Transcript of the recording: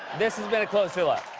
this has been a closer look.